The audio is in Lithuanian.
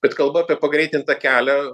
bet kalba apie pagreitintą kelią